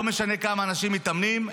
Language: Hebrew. לא משנה כמה אנשים מתאמנים,